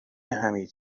حمید